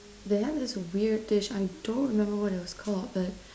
they have this weird dish I don't remember what it was called but